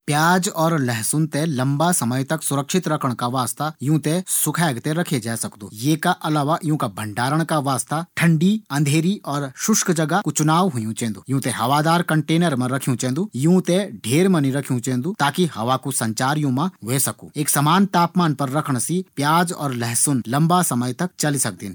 आलुओं थें लम्बा समय तक ताज़ा रखणा का वास्ता ऊँ थें फ्रीज़ मा नी रखियूँ चैन्दु। कच्चा आलू मा कई ज्यादा मात्रा मा स्टार्च होंदु। और ठंडा तापमान मा रखणा से स्टार्च शर्करा मा बदले जांदू। ये से आलू पकोंण पर मीठा और गहरा रंग का ह्वे सकदिन।